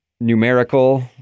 numerical